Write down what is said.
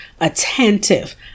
attentive